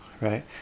right